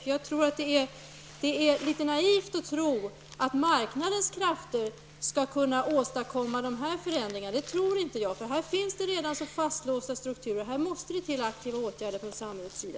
Det är enligt min uppfattning litet naivt att tro att marknadens krafter skall kunna åstadkomma dessa förändringar. Jag tror inte att detta kommer att bli fallet. Strukturerna är nämligen redan så fastlåsta, och det måste därför till aktiva åtgärder från samhällets sida.